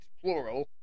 plural